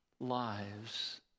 lives